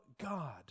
God